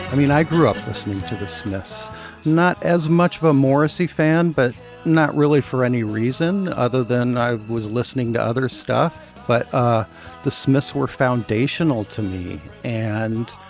mean i grew up listening to the smiths not as much of a morrissey fan but not really for any reason other than i was listening to other stuff. but ah the smiths were foundational to me and